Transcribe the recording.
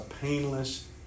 painless